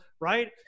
Right